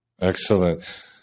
Excellent